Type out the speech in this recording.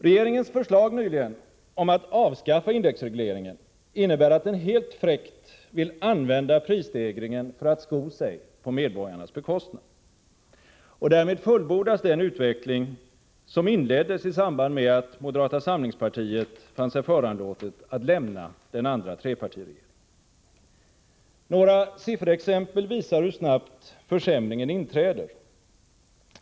Regeringens förslag nyligen om att avskaffa indexregleringen innebär att regeringen helt fräckt vill använda prisstegringen för att sko sig på medborgarna. Därmed fullbordas den utveckling som inleddes i samband med att moderata samlingspartiet fann sig föranlåtet att lämna den andra trepartiregeringen. Några sifferexempel visar hur snabbt försämringen inträder.